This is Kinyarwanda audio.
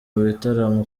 bitaramo